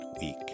week